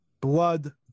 Blood